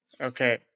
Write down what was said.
Okay